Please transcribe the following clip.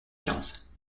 quinze